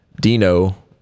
dino